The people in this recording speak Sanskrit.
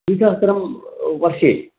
द्विसहस्रं वर्षे